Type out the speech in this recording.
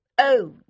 Oh